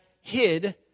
hid